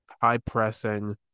high-pressing